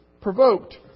provoked